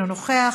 אינו נוכח,